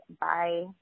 Bye